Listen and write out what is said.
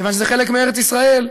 כיוון שזה חלק מארץ ישראל.